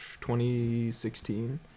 2016